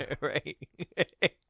Right